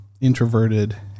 introverted